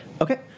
Okay